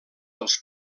dels